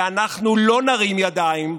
ואנחנו לא נרים ידיים.